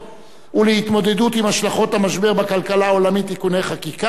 ולהתמודדות עם השלכות המשבר בכלכלה העולמית (תיקוני חקיקה)